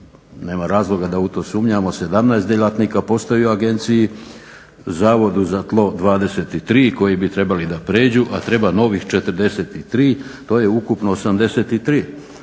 nema razloga da u to sumnjamo 17 djelatnika postoji u agenciji, Zavodu za tlo 23 koji bi trebali da pređu a treba novih 43. To je ukupno 83.